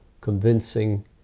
convincing